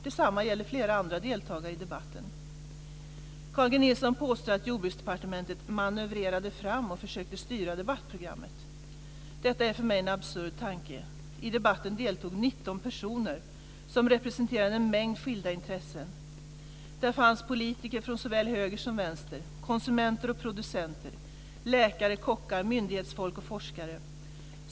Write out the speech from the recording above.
Detsamma gäller flera andra deltagare i debatten. Carl G Nilsson påstår att Jordbruksdepartementet "manövrerande fram" och försökte styra debattprogrammet. Detta är för mig en absurd tanke. I debatten deltog 19 personer som representerade en mängd skilda intressen. Där fanns politiker från såväl höger som vänster, konsumenter och producenter, läkare, kockar, myndighetsfolk och forskare.